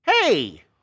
Hey